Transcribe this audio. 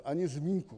Ani zmínku.